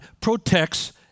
protects